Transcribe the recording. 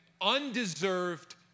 undeserved